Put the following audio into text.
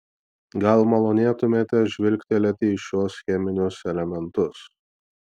gal malonėtumėte žvilgtelėti į šiuos cheminius elementus